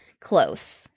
close